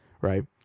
right